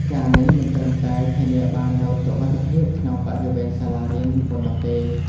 ការណ៍នេះមិនត្រឹមតែធានាបាននូវសុវត្ថិភាពក្នុងបរិវេណសាលារៀនប៉ុណ្ណោះទេ។